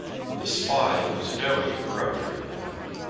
for the spy was very peremptory with him.